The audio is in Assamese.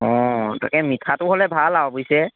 অ তাকে মিঠাটো হ'লে ভাল আও বুজিছে